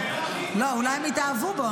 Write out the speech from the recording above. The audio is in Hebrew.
אולי הם יתאהבו בו,